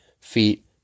feet